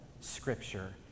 scripture